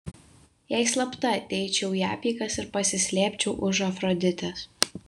jei slapta ateičiau į apeigas ir pasislėpčiau už afroditės